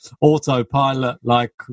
autopilot-like